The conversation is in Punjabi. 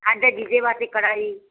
ਆਪਦੇ ਜੀਜੇ ਵਾਸਤੇ ਕੜਾ ਜੀ